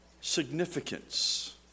significance